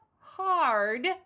hard